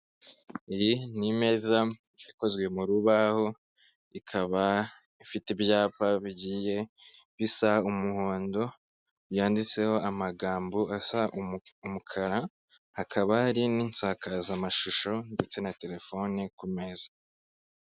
Iyi ni imeza ikozwe mu rubaho, ikaba ifite ibyapa bigiye bisa umuhondo, byanditseho amagambo asa umukara, hakaba hari n'insakazamashusho ndetse na telefone ku meza.